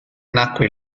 nacque